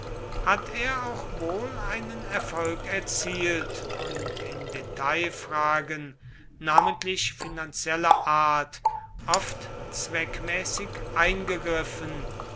hat er auch wohl einen erfolg erzielt und in detailfragen namentlich finanzieller art oft zweckmäßig eingegriffen